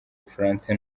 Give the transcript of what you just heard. bufaransa